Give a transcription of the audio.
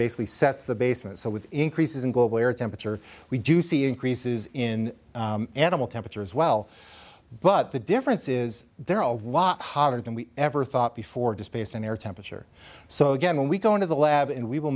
basically sets the basement so with increases in global temperature we do see increases in animal temperature as well but the difference is there are a lot hotter than we ever thought before just based on air temperature so again when we go into the lab and we will